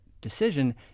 decision